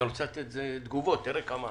אתה רוצה תגובות, תראה כמה